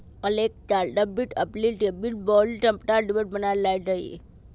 हरेक साल छब्बीस अप्रिल के विश्व बौधिक संपदा दिवस मनाएल जाई छई